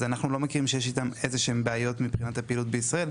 אז אנחנו לא מכירים שיש איתם איזשהם בעיות מבחינת הפעילות בישראל,